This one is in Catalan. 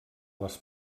les